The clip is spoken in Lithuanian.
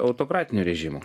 autokratinio režimo